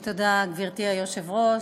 תודה, גברתי היושבת-ראש,